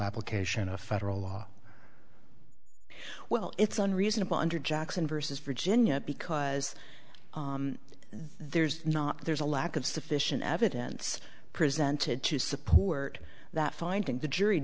application a federal law well it's unreasonable under jackson versus virginia because there's not there's a lack of sufficient evidence presented to support that finding the jury